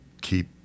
keep